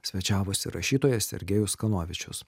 svečiavosi rašytojas sergejus kanovičius